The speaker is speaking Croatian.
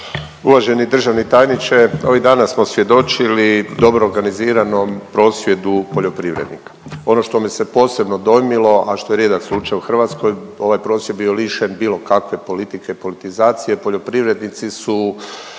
Uvaženi državni tajniče, ovih dana smo svjedočili dobro organiziranom prosvjedu poljoprivrednika. Ono što me se posebno dojmilo, a što je rijedak slučaj u Hrvatskoj, ovaj je prosvjed bio lišen bilo kakve politike i politizacije poljoprivrednici su